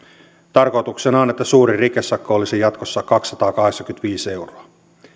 tarkoituksena on että suurin rikesakko olisi jatkossa kaksisataakahdeksankymmentäviisi euroa